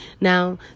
Now